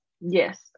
yes